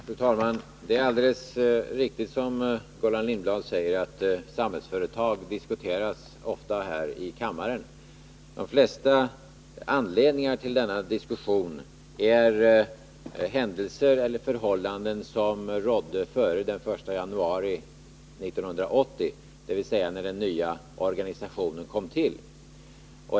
Fru talman! Det är alldeles riktigt som Gullan Lindblad säger, att Samhällsföretag ofta diskuteras här i kammaren. För det mesta är anledningen till en sådan diskussion händelser eller förhållanden som rådde före den 1 januari 1980, dvs. när den nya organisationen kom till.